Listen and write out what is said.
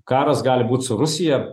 karas gali būt su rusija